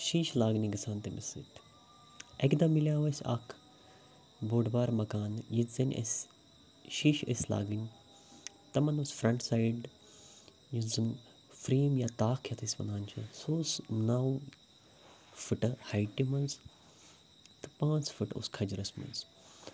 شیٖشہِ لاگنہِ گژھان تٔمِس سۭتۍ اَکہِ دۄہ مِلیٛاو اَسہِ اَکھ بوٚڑ بار مکان ییٚتہِ زَن اَسہِ شیٖشہِ ٲسۍ لاگٕنۍ تٕمَن اوس فَرٛنٛٹ سایڈ یُس زَن فرٛیم یا تاکھ یَتھ أسۍ وَنان چھِ سُہ اوس نَو فٕٹہٕ ہایٹہِ منٛز تہٕ پانٛژھ فٕٹہٕ اوس کھَجرَس منٛز